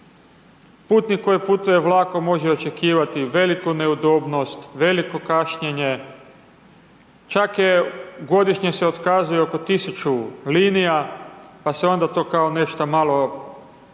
Putnik koji putuje vlakom može očekivati veliku neudobnost, veliko kašnjenje, čak je, godišnje se otkazuje oko 1000 linija, pa se onda to kao nešto malo nadopunjuje